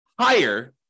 higher